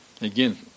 Again